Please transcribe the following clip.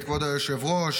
כבוד היושב-ראש,